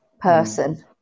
person